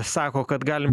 sako kad galim